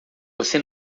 você